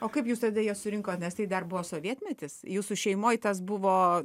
o kaip jūs tada jas surinkot nes tai dar buvo sovietmetis jūsų šeimoj tas buvo